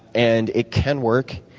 and it can work.